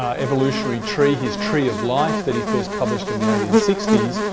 ah evolutionary tree, his tree of life that he first published in the eighteen sixty s,